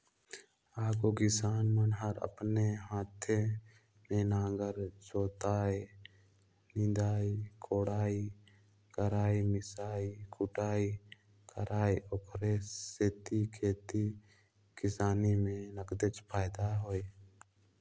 आघु किसान मन हर अपने हाते में नांगर जोतय, निंदई कोड़ई करयए मिसई कुटई करय ओखरे सेती खेती किसानी में नगदेच फायदा होय